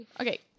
okay